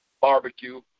barbecue